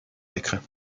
l’écran